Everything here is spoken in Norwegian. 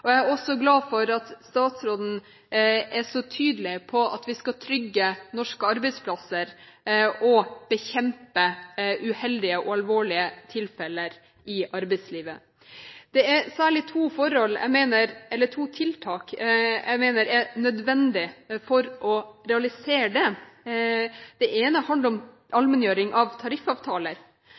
Jeg er også glad for at statsråden er så tydelig på at vi skal trygge norske arbeidsplasser og bekjempe uheldige og alvorlige tilfeller i arbeidslivet. Det er særlig to tiltak jeg mener er nødvendige for å realisere det. Det ene handler om allmenngjøring av tariffavtaler,